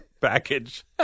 package